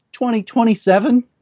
2027